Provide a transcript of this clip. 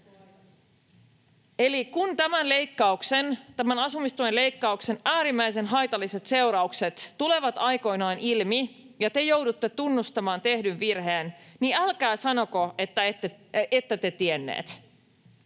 Eli kun asumistuen leikkauksen äärimmäisen haitalliset seuraukset tulevat aikoinaan ilmi ja te joudutte tunnustamaan tehdyn virheen, niin älkää sanoko, että ette te tienneet.